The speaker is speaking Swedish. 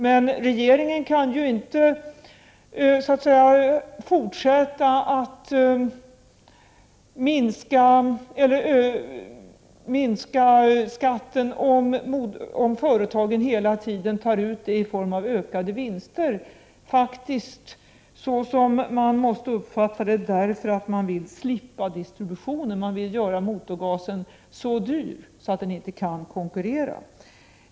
Men regeringen kan ju inte fortsätta att minska skatten, om företagen hela tiden tar ut den prisskillnaden i form av ökade vinster, därför att man — såsom jag faktiskt måste uppfatta det — vill slippa distributionen. Man vill göra motorgasen så dyr att den inte kan konkurrera.